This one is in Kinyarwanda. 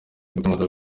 gutungura